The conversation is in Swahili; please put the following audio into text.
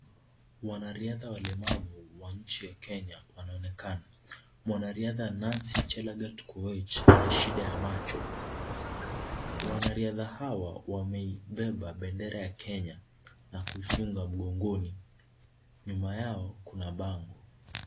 Wanariadha walemavu wa nchi ya Kenya wanaonekana. Mwanariadha Nancy Chelangat Koech ana shida ya macho. Wanariadha hawa wameibeba bendera ya Kenya na kuifunga mgongoni. Nyuma yao kuna bango.